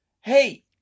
hey